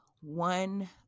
one